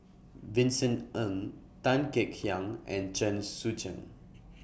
Vincent Ng Tan Kek Hiang and Chen Sucheng